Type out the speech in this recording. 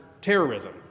terrorism